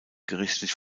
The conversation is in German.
gerichtlich